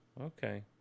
Okay